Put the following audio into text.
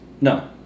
No